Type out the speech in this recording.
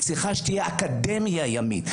צריכה שתהיה אקדמיה ימית.